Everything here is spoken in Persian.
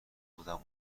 بودم